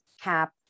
Cap